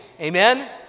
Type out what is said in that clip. Amen